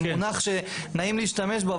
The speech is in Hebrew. זה מונח שנעים להשתמש בו,